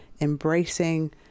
embracing